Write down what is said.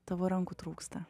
tavo rankų trūksta